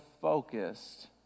focused